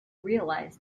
realise